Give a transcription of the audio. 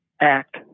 act